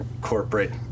corporate